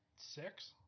Six